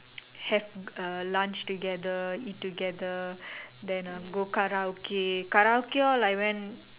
have uh lunch together eat together then uh go Karaoke Karaoke all I went